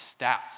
stats